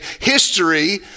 history